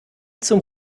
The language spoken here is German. zum